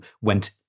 went